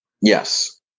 Yes